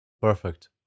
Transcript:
Perfect